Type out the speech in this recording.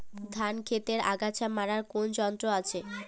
ধান ক্ষেতের আগাছা মারার কোন যন্ত্র আছে?